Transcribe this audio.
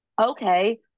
okay